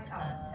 uh